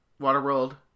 Waterworld